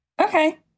Okay